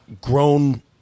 grown